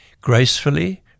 gracefully